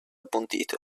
appuntito